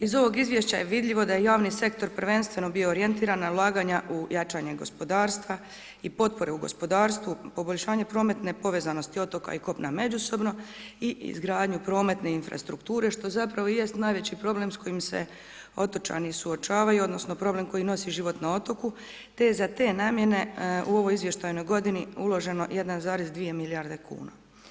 Iz ovog izvješća je vidljivo da je javni sektor prvenstveno bio orijentiran na ulaganja u jačanje gospodarstva i potpore u gospodarstvu, poboljšanje prometne povezanosti otoka i kopna međusobno i izgradnju prometne infrastrukture što zapravo jest najveći problem s kojim se otočani suočavaju odnosno problem koji nosi život na otoku te je za te namjene u ovoj izvještajnoj godini uloženo 1,2 milijarde kuna.